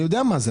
אני יודע מה זה,